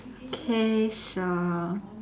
okay so